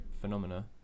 phenomena